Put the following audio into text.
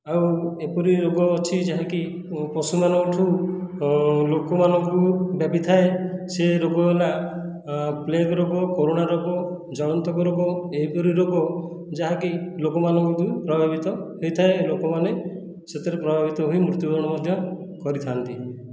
ଆଉ ଏପରି ରୋଗ ଅଛି ଯାହାକି ପଶୁମାନଙ୍କଠୁ ଲୋକମାନଙ୍କୁ ବ୍ୟାପିଥାଏ ସେ ରୋଗ ହେଲା ପ୍ଲେଗ୍ ରୋଗ କରୋନା ରୋଗ ଜଳାତଙ୍କ ରୋଗ ଏହିପରି ରୋଗ ଯାହାକି ଲୋକମାନଙ୍କୁ ପ୍ରଭାବିତ ହୋଇଥାଏ ଲୋକମାନେ ସେଥିରେ ପ୍ରଭାବିତ ହୋଇ ମୃତ୍ୟୁବରଣ ମଧ୍ୟ କରିଥାନ୍ତି